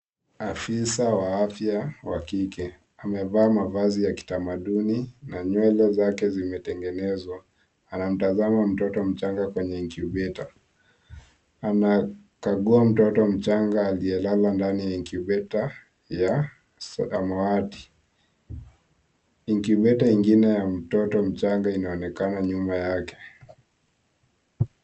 Afisa wa afya wa kike amevaa mavazi ya kitamaduni na nywele zake zimetengenezwa. Anamtazama mtoto mchanga kwenye incubator . Anakagua mtoto mchanga aliyelala ndani ya incubator ya samawati. Incubator ingine ya mtoto mchanga inaonekana nyuma yake.